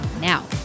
now